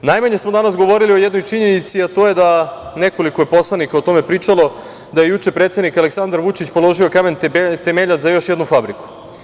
Najmanje smo danas govorili o jednoj činjenici, a to je, nekoliko je poslanika o tome pričalo, da je juče predsednik Aleksandar Vučić položio kamen temeljac za još jednu fabriku.